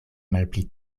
malpli